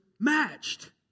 matched